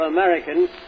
Americans